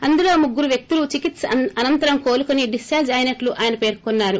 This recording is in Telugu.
అందులో ముగ్గురు వ్యక్తులు చికిత్స అనంతరం కోలుకుని డిశ్చార్ల్ అయినట్లు ఆయన పేర్కొన్నరు